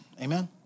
Amen